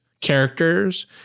characters